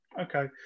Okay